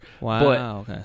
Wow